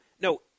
no